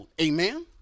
Amen